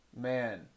man